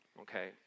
okay